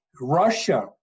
Russia